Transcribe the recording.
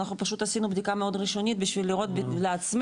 אנחנו פשוט עשינו בדיקה מאוד ראשונית בשביל לראות לעצמנו,